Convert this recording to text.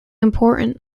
important